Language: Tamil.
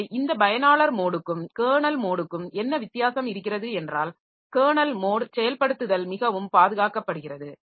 எனவே இந்த பயனாளர் மோடுக்கும் கெர்னல் மோடுக்கும் என்ன வித்தியாசம் இருக்கிறது என்றால் கெர்னல் மோட் செயல்படுத்துதல் மிகவும் பாதுகாக்கப்படுகிறது